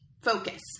focus